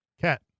Cat